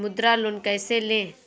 मुद्रा लोन कैसे ले?